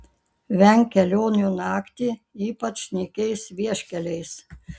venk kelionių naktį ypač nykiais vieškeliais